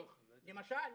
למשל,